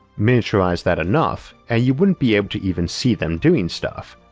miniaturize that enough and you wouldn't be able to even see them doing stuff,